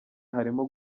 harimo